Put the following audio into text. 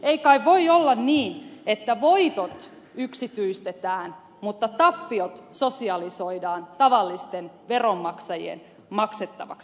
ei kai voi olla niin että voitot yksityistetään mutta tappiot sosialisoidaan tavallisten veronmaksajien maksettavaksi